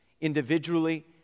Individually